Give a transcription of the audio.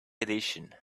edition